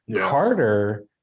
Carter